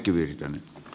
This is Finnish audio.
arvoisa puhemies